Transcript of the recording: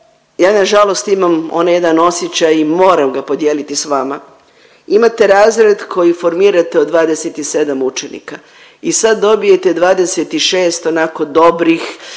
ja nažalost imam onaj jedan osjećaj i moram ga podijeliti s vama. Imate razred koji formirate od 27 učenika i sad dobijete 26 onako dobrih